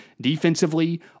defensively